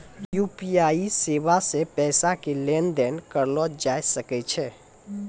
UPI सेबा से पैसा के लेन देन करलो जाय सकै छै